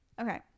Okay